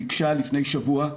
ביקשה לפני שבוע,